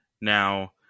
Now